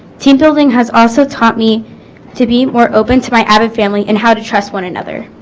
team building has also taught me to be more open to my avid family and how to trust one another